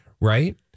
Right